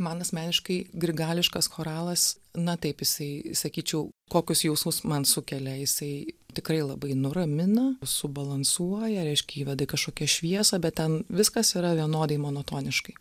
man asmeniškai grigališkas choralas na taip jisai sakyčiau kokius jausmus man sukelia jisai tikrai labai nuramina subalansuoja reiškia įveda į kažkokią šviesą bet ten viskas yra vienodai monotoniškai